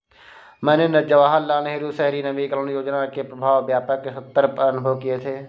मैंने जवाहरलाल नेहरू शहरी नवीनकरण योजना के प्रभाव व्यापक सत्तर पर अनुभव किये थे